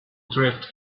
drift